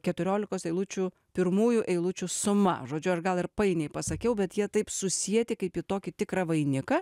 keturiolikos eilučių pirmųjų eilučių suma žodžiu aš gal ir painiai pasakiau bet jie taip susieti kaip į tokį tikrą vainiką